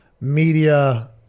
media-